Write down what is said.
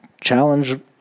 challenge